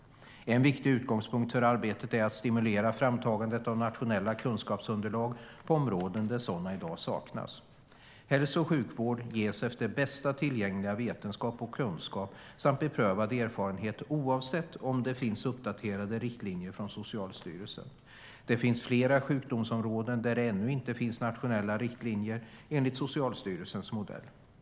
En viktig utgångspunkt för arbetet är att stimulera framtagandet av nationella kunskapsunderlag på områden där sådana i dag saknas. Hälso och sjukvård ges efter bästa tillgängliga vetenskap och kunskap samt beprövad erfarenhet, oavsett om det finns uppdaterade riktlinjer från Socialstyrelsen. Det finns flera sjukdomsområden där det ännu inte finns nationella riktlinjer enligt Socialstyrelsens modell.